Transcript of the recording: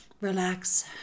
Relax